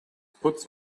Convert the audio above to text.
puts